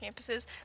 campuses